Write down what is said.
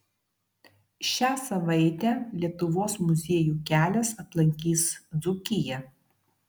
šią savaitę lietuvos muziejų kelias aplankys dzūkiją